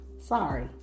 sorry